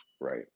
right